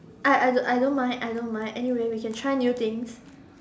I I I don't mind I don't mind anyway we can try new things